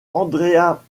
andrea